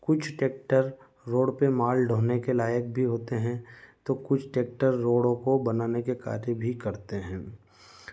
कुछ tractor road पर माल ढोने के लायक भी होते हैं तो कुछ ट्रैक्टर रोड़ों को बनाने के कार्य भी करते हैं